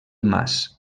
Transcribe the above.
mas